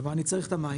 כלומר אני צריך את המים,